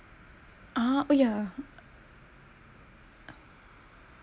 ah oh yeah